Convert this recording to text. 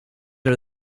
are